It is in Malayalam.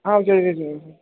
ആ ഓക്കെ ഓക്കെ ഓക്കെ